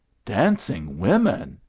dancing women!